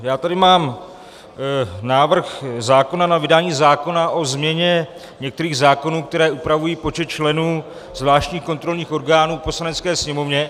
Já tady mám návrh zákona na vydání zákona o změně některých zákonů, které upravují počet členů zvláštních kontrolních orgánů v Poslanecké sněmovně...